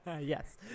Yes